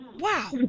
Wow